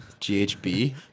Ghb